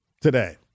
today